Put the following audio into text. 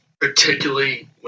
particularly